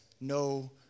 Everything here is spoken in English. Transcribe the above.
no